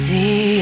See